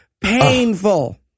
painful